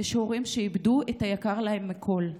יש הורים שאיבדו את היקר להם מכול.